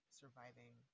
surviving